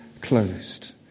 closed